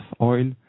oil